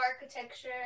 architecture